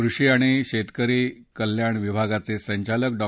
कृषी आणि शेतकरी कल्याण विभागाचे संचालक डॉ